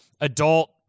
adult